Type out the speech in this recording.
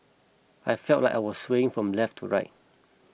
I felt like I was swaying from left to right